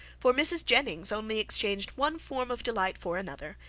for mrs. jennings only exchanged one form of delight for another,